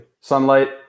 sunlight